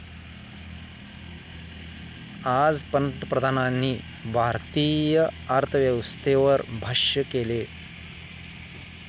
आज पंतप्रधानांनी भारतीय अर्थव्यवस्थेवर भाष्य केलं